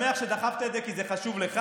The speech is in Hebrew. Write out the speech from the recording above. אני שמח שדחפת את זה, כי זה חשוב לך.